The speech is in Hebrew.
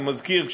אני מזכיר,